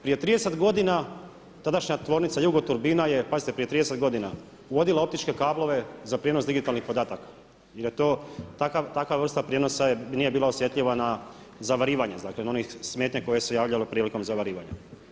Prije 30 godina tadašnja tvornica Jugoturbina je, pazite prije 30 godina uvodila optičke kablove za prijenos digitalnih podataka i da to, takva vrsta prijenosa nije bila osjetljiva na zavarivanje, dakle na one smetnje koje su se javljale prilikom zavarivanja.